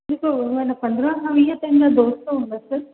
ॾिसो हेन पंदरहां खां वीह त हिनजा दोस्त हूंदसि